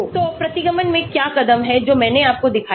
तो प्रतिगमन में क्या कदम हैं जो मैंने आपको दिखाया था